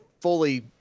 fully